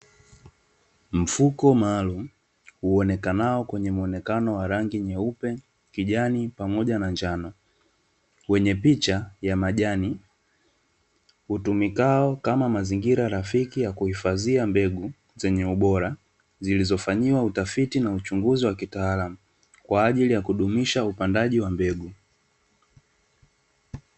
Mfuko maalumu, huonekanao kwenye muonekano wa rangi nyeupe, kijani pamoja na njano, wenye picha ya majani, utumikao kama mazingira rafiki ya kuhifadhia mbegu zenye ubora, zilizofanyiwa utafiti na uchunguzi wa kitaalamu, kwa ajili ya kudumisha upandaji wa mbegu.